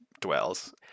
dwells